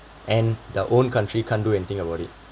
and their own country can't do anything about it